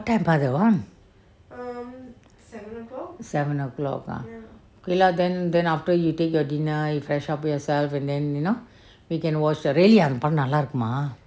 what time அந்த:antha seven o'clock ah okay lah then then after you take your dinner you fresh up yourself really ah அந்த படம் நல்ல இருக்கும்:antha padam nalla irukkum ah